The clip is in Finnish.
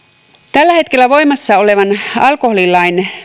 tällä hetkellä voimassa olevan alkoholilain